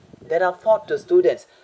that are taught to students